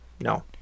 No